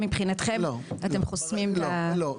או שמבחינתכם אתם חוסמים את --- לא.